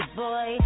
boy